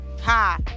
ha